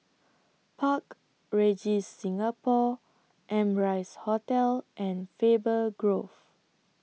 Park Regis Singapore Amrise Hotel and Faber Grove